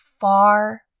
Far